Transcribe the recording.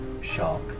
shark